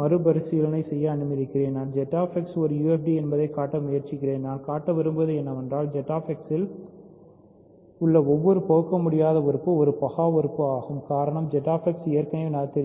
பகுபரிசீலனை செய்ய அனுமதிக்கிறேன் நான் ZX ஒரு UFD என்பதைக் காட்ட முயற்சிக்கிறேன் நாம் காட்ட விரும்புவது என்னவென்றால் ZX இல் உள்ள ஒவ்வொரு பகுக்கமுடியாத உறுப்பு ஒரு பகா உறுப்பு ஆகும் காரணம் ZX ஏற்கனவே நொதீரியன்